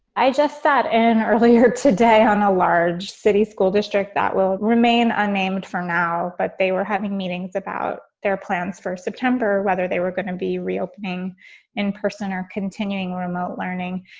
i just sat in earlier today on a large city school district that will remain unnamed for now. but they were having meetings about their plans for september, whether they were going to be reopening in person or continuing remote learning.